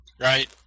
right